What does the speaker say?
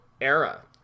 Era